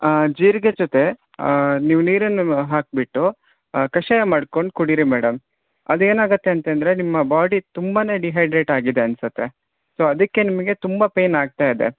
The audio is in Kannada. ಜೀರಿಗೆ ಜೊತೆ ನೀವು ನೀರನ್ನು ಹಾಕಿಬಿಟ್ಟು ಕಷಾಯ ಮಾಡಿಕೊಂಡು ಕುಡಿಯಿರಿ ಮೇಡಮ್ ಅದೇನಾಗತ್ತೆ ಅಂತಂದರೆ ನಿಮ್ಮ ಬಾಡಿ ತುಂಬಾನೇ ಡಿಹೈಡ್ರೇಟ್ ಆಗಿದೆ ಅನ್ನಿಸತ್ತೆ ಸೊ ಅದಕ್ಕೆ ನಿಮಗೆ ತುಂಬ ಪೇಯ್ನ್ ಆಗ್ತಾ ಇದೆ